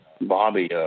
Bobby